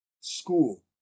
school